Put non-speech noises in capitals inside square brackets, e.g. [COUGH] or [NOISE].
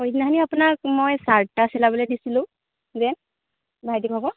সিদিনাখনি মই আপোনাক মই চাৰ্ট এটা চিলাবলে দিছিলোঁ [UNINTELLIGIBLE]